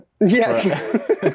Yes